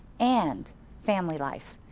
and family life.